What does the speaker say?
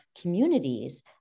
communities